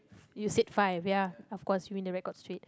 you said five ya of course you win the record straight